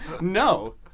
no